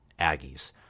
Aggies